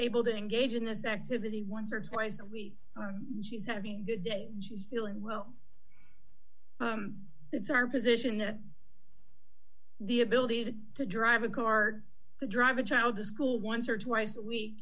able to engage in this activity once or twice a week and she's having the day she's feeling well it's our position that the ability to to drive a car to drive a child to school once or twice a week